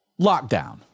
lockdown